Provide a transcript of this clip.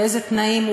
באילו תנאים,